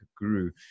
guru